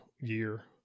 year